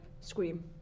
Scream